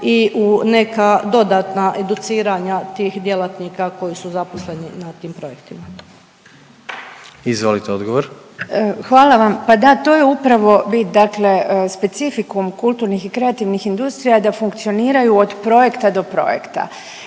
i u neka dodatna educiranja tih djelatnika koji su zaposleni na tim projektima. **Jandroković, Gordan (HDZ)** Izvolite odgovor. **Obuljen Koržinek, Nina (HDZ)** Hvala vam. Pa da, to je upravo bit. Dakle, specifikum kulturnih i kreativnih industrija da funkcioniraju od projekta do projekta.